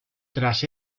tras